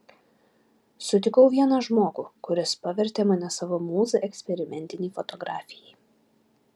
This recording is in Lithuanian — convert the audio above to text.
sutikau vieną žmogų kuris pavertė mane savo mūza eksperimentinei fotografijai